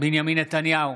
בנימין נתניהו,